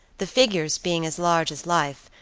the figures being as large as life,